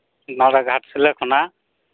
ᱱᱚᱣᱟ ᱫᱚ ᱜᱷᱟᱴᱥᱤᱞᱟᱹ ᱠᱷᱚᱱᱟᱜ